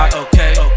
okay